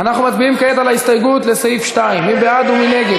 אנחנו מצביעים כעת על ההסתייגות לסעיף 2 של חברי הכנסת יאיר לפיד,